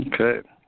Okay